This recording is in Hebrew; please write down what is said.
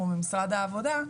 הוא ממשרד העבודה,